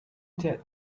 that